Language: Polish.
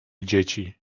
dzieci